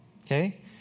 Okay